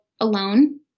alone